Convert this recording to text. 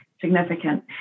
significant